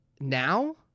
Now